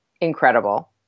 incredible